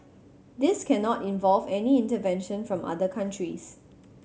this cannot involve any intervention from other countries